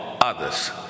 others